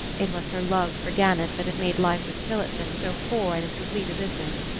it was her love for gannett that had made life with tillotson so poor and incomplete a business.